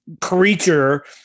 creature